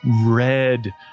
red